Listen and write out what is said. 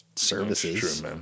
services